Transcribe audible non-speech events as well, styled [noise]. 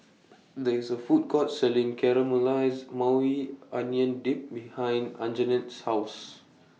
[noise] There IS A Food Court Selling Caramelized Maui Onion Dip behind Anjanette's House